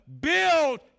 build